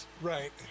Right